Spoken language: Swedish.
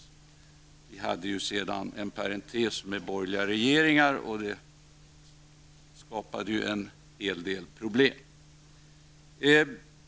Sedan hade ju vi en parentes med borgerliga regeringar. Det skapade ju en hel del problem.